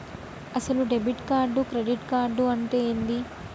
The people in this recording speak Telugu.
అసలు డెబిట్ కార్డు క్రెడిట్ కార్డు అంటే ఏంది?